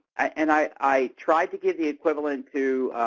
and i i tried to give the equivalent to,